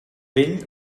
vell